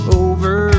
over